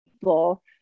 people